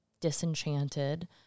disenchanted